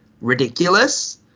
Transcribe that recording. ridiculous